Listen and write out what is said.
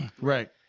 right